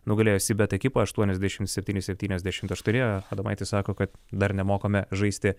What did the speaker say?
nugalėjo cbet ekipą aštuoniasdešim septyni septyniasdešimt aštuoni adomaitis sako kad dar nemokame žaisti